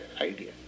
idea